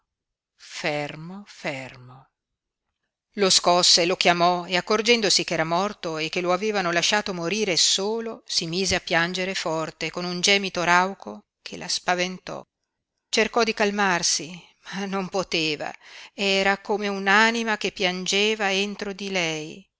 fermo fermo lo scosse lo chiamò e accorgendosi ch'era morto e che lo avevano lasciato morire solo si mise a piangere forte con un gemito rauco che la spaventò cercò di calmarsi ma non poteva era come un'anima che piangeva entro di lei